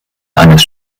eines